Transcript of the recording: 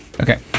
okay